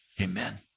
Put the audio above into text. Amen